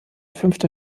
fünfter